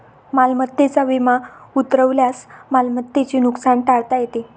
मालमत्तेचा विमा उतरवल्यास मालमत्तेचे नुकसान टाळता येते